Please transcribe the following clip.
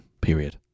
period